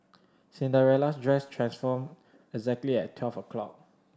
Cinderella's dress transformed exactly at twelve o'clock